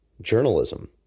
journalism